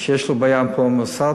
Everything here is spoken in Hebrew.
שיש לו בעיה עם כל מוסד,